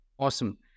Awesome